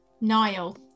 Niall